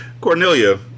Cornelia